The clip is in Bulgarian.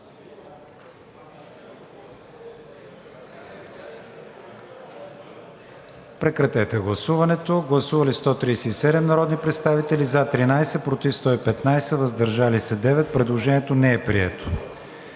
режим на гласуване. Гласували 140 народни представители: за 22, против 109, въздържали се 9. Предложението не е прието.